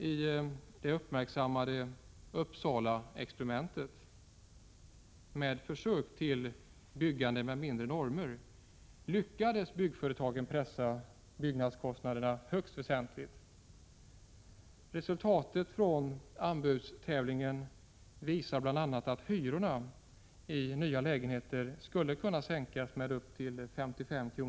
I det uppmärksammade Uppsalaexperimentet ”Försök till byggande med mindre normer” lyckades byggföretagen pressa byggnadskostnaderna högst väsentligt. Resultatet från anbudstävlingen visade bl.a. att hyrorna i nya lägenheter skulle kunna sänkas med upp till 55 kr.